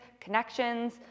connections